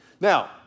Now